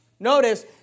Notice